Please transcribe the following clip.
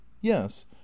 yes